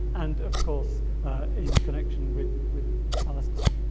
and of course in connection with with palestine.